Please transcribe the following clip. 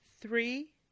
Three